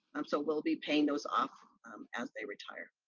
um so we'll be paying those off as they retire.